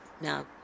now